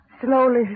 slowly